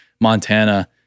Montana